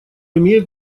имеет